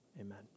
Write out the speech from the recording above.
Amen